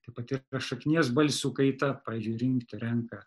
tapati šaknies balsių kaita pavyzdžiai rinkti renka